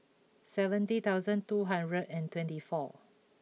seventy thousand two hundred and twenty four